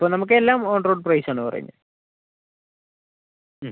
ഇപ്പോൾ നമുക്ക് എല്ലാം ഓൺറോഡ് പ്രൈസ് ആണ് പറയുന്നത് മ്